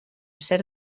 ser